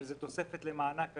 אבל זו תוספת למענק האיזון.